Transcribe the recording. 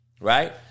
Right